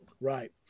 Right